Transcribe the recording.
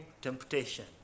temptation